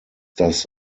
das